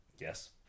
Yes